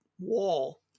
wall